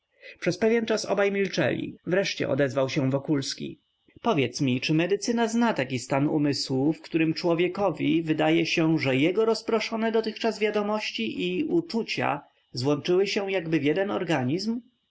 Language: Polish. pewien czas obaj milczeli wreszcie odezwał się wokulski powiedz mi czy medycyna zna taki stan umysłu w którym człowiekowi wydaje się że jego rozproszone dotychczas wiadomości i uczucia złączyły się jakby w jeden organizm